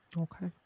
Okay